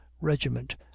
regiment